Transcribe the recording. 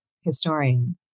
historian